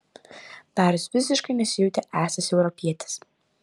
darius visiškai nesijautė esąs europietis